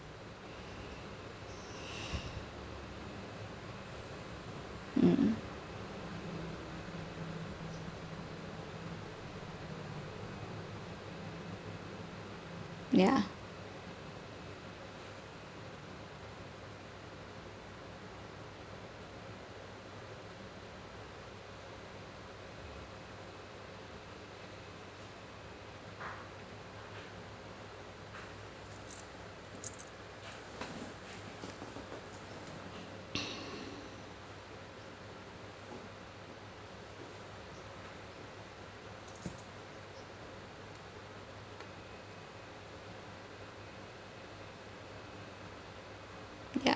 um ya ya